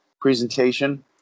presentation